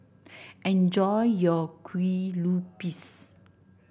enjoy your Kue Lupis